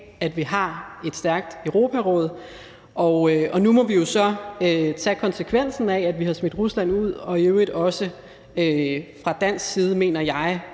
at vi har et stærkt Europaråd, og nu må vi jo så tage konsekvensen af, at vi har smidt Rusland ud, og må også fra dansk side, mener jeg,